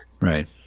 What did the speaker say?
right